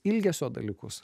ilgesio dalykus